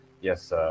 yes